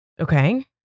Okay